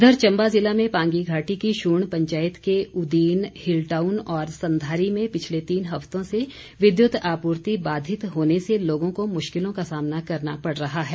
उधर चम्बा जिले में पांगी घाटी की शूण पंचायत के उदीन हिल टाउन और संधारी में पिछले तीन हफ्तों से विद्युत आपूर्ति बाधित होने से लोगों को मुश्किलों का सामना करना पड़ रहा है